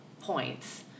points